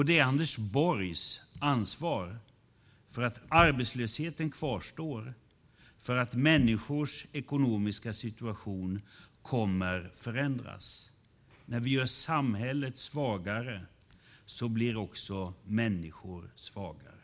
Det är Anders Borgs ansvar att arbetslösheten kvarstår och att människors ekonomiska situation kommer att förändras. När vi gör samhället svagare blir också människor svagare.